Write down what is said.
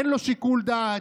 אין לו שיקול דעת,